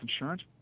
insurance